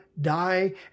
die